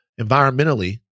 environmentally